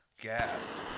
gas